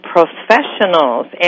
Professionals